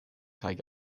kaj